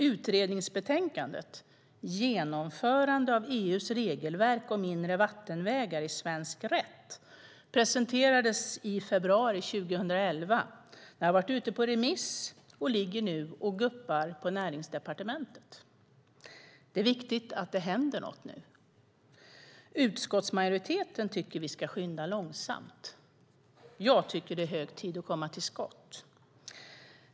Utredningsbetänkandet Genomförande av EU:s regelverk om mindre vattenvägar i svensk rätt presenterades i februari 2011. Det har varit ute på remiss och ligger nu och guppar på Näringsdepartementet. Det är viktigt att det händer något nu. Utskottsmajoriteten tycker att vi ska skynda långsamt. Jag tycker att det är hög tid att komma till skott.